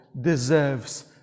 deserves